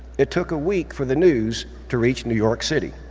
it took a week for the news to reach new york city.